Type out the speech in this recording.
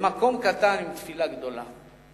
למקום קטן עם תפילה גדולה.